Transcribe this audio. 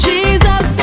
Jesus